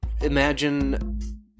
imagine